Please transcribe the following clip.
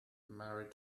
married